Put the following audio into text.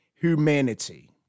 humanity